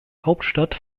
hauptstadt